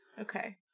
okay